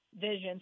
vision